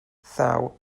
thaw